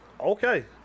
Okay